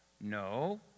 No